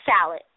salad